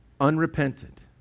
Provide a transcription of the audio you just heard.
unrepentant